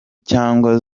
cyangwa